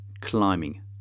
climbing